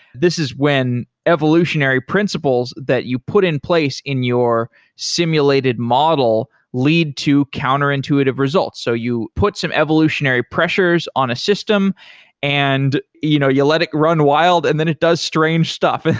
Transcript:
this is when evolutionary principles that you put in place in your simulated model lead to counterintuitive results. so you put some evolutionary pressures on a system and you know you let it run wild and then it does strange stuff. and